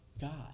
God